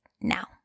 now